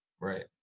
Right